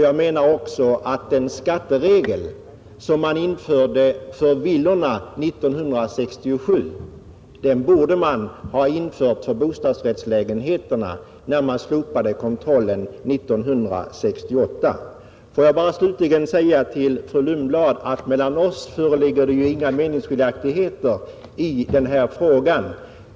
Jag anser också att den skatteregel som år 1967 infördes för villorna borde som princip ha införts för bostadsrättslägenheterna när man slopade kontrollen 1968. Får jag slutligen säga till fru Lundblad att det inte föreligger några meningsskiljaktigheter mellan oss i denna fråga.